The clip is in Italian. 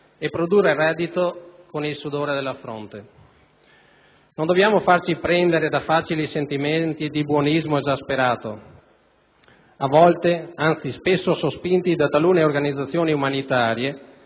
e produrre reddito con il sudore della fronte. Non dobbiamo farci prendere da facili sentimenti di buonismo esasperato, a volte, anzi spesso, sospinti da talune organizzazioni umanitarie